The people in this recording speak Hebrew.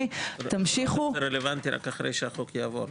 זה רלוונטי רק אחרי שהחוק יעבור.